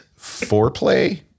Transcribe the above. foreplay